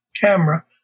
camera